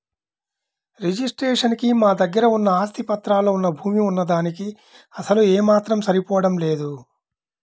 registration కి మా దగ్గర ఉన్న ఆస్తి పత్రాల్లో వున్న భూమి వున్న దానికీ అసలు ఏమాత్రం సరిపోడం లేదు